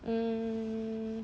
mm